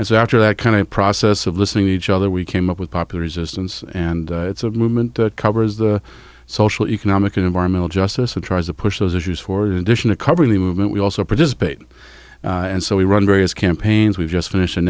so after that kind of process of listening to each other we came up with popular resistance and it's a movement that covers the social economic and environmental justice and tries to push those issues for an addition to covering the movement we also participate and so we run various campaigns we've just finish